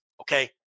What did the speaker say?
Okay